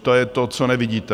To je to, co nevidíte.